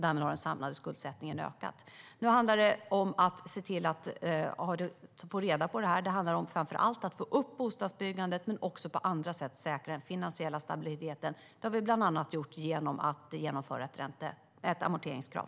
Därmed har den samlade skuldsättningen ökat. Nu handlar det om att se till att bringa reda i detta. Framför allt handlar det om att få upp bostadsbyggandet, men det handlar också om att på andra sätt säkra den finansiella stabiliteten. Det har vi bland annat gjort genom att införa ett amorteringskrav.